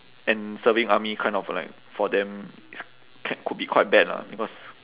and serving army kind of like for them is can could be quite bad lah because